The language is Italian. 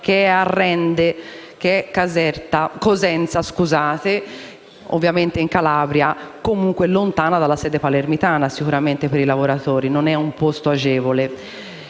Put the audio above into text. in provincia di Cosenza, cioè in Calabria, comunque lontano dalla sede palermitana e sicuramente per i lavoratori non è un posto agevole.